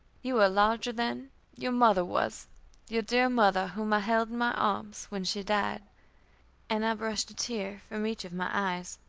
you are larger than your mother was your dear mother whom i held in my arms when she died and i brushed a tear from each of my eyes.